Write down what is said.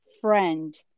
friend